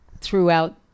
throughout